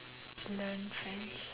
learn French